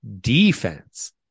defense